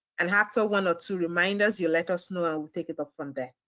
and after one or two reminders, you let us know and we'll take it up from there.